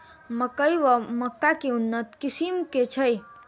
मकई वा मक्का केँ उन्नत किसिम केँ छैय?